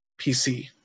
PC